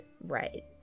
right